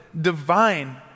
divine